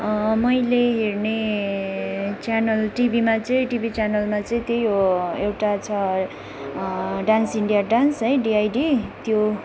मैले हेर्ने च्यानल टिभीमा चाहिँ टिभी च्यानलमा चाहिँ त्यही हो एउटा छ डान्स इडिन्या डान्स है डिआइडी त्यो